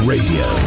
Radio